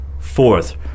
Fourth